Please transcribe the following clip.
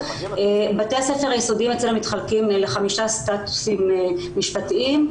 בתי הספר היסודיים אצלנו מתחלקים לחמישה סטטוסים משפטיים,